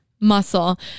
muscle